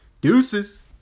deuces